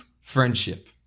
friendship